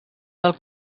del